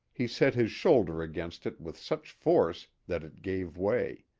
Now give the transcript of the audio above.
he set his shoulder against it with such force that it gave way.